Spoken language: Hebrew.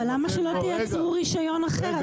אבל למה שלא תייצרו רישיון אחר?